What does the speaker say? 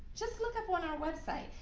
just look up on our website.